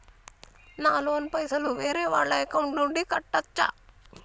నా లోన్ పైసలు వేరే వాళ్ల అకౌంట్ నుండి కట్టచ్చా?